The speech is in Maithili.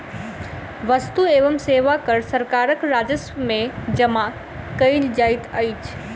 वस्तु एवं सेवा कर सरकारक राजस्व में जमा कयल जाइत अछि